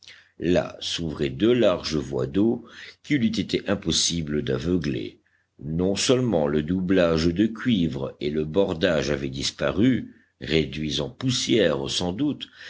là s'ouvraient deux larges voies d'eau qu'il eût été impossible d'aveugler non seulement le doublage de cuivre et le bordage avaient disparu réduits en poussière sans doute